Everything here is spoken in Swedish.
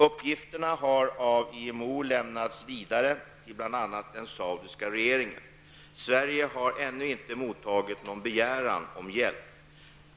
Uppgifterna har av IMO lämnats vidare till bl.a. den saudiska regeringen. Sverige har ännu inte mottagit någon begäran om hjälp.